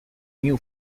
new